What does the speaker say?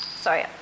sorry